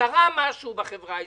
קרה משהו בחברה הישראלית.